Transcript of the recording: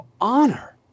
honor